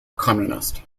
communist